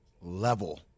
level